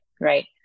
right